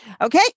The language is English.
Okay